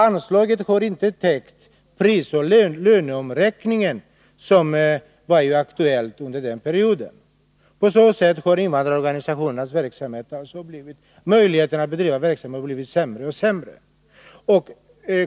Anslaget har inte täckt den prisoch löneomräkning som varit aktuell under denna period. På så sätt har invandrarorganisationernas möjligheter att bedriva verksamheten blivit sämre och sämre.